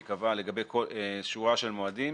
היא קבעה שורה של מועדים,